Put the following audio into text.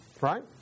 Right